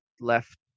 left